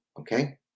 okay